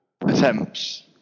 attempts